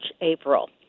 April